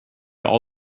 all